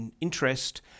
interest